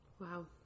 Wow